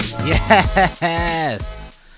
yes